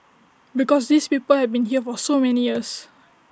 because these people have been here for so many years